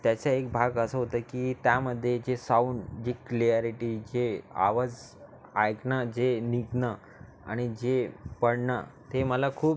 त्याचा एक भाग असं होतं की त्यामध्ये जे साऊंड जी क्लिअॅरिटी जे आवाज ऐकणं जे निघणं आणि जे पडणं ते मला खूप